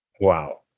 Wow